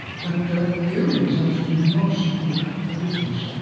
but the the early results do not support a difference.